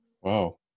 Wow